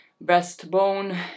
breastbone